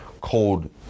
cold